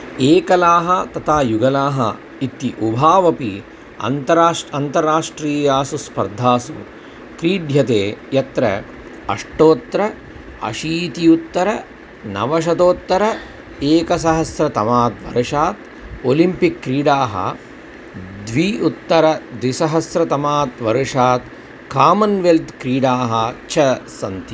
एकलाः तथा युगलाः इति उभावपि अन्तरष्ट् अन्ताराष्ट्रीयासु स्पर्धासु क्रीड्यते यत्र अष्टोत्तर अशीति उत्तर नवशतोत्तर एकसहस्रतमाद् वर्षात् ओलिम्पिक् क्रीडाः द्वि उत्तरद्विसहस्रतमात् वर्षात् कामन्वेल्त् क्रीडाः च सन्ति